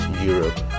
Europe